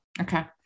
Okay